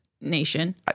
nation